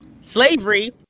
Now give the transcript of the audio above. slavery